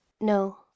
No